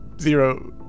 zero